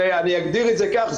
אני אגדיר את זה כך,